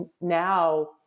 now